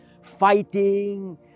fighting